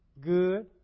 good